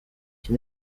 iki